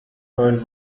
neun